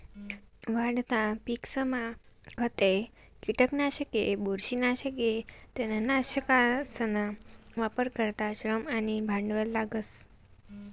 वाढता पिकसमा खते, किटकनाशके, बुरशीनाशके, तणनाशकसना वापर करता श्रम आणि भांडवल लागस